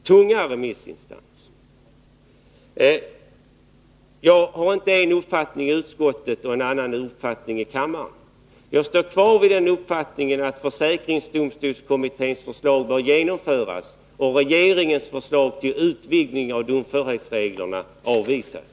Det är inte så att jag har en viss uppfattning i utskottet och en annan uppfattning i kammaren. Jag står kvar vid uppfattningen att försäkrings domstolskommitténs förslag bör genomföras och att regeringens förslag till utvidgning av domförhetsreglerna bör avvisas.